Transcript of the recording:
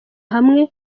hamwe